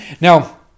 Now